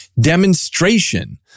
demonstration